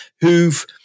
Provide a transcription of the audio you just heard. who've